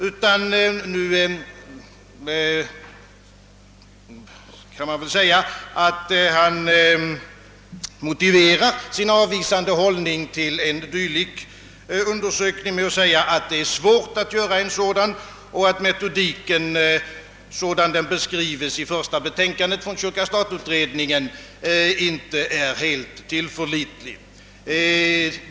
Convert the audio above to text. I stället kan man säga, att han motiverar sin avvisande hållning till en dylik undersökning med att framhålla, att det är svårt att göra en sådan och att metodiken, sådan den beskrives i det första betänkandet från utredningen kyrka—stat, inte är helt tillförlitlig.